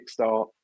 kickstart